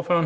kr.